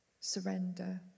surrender